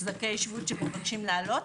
זכאי שבות שמבקשים לעלות.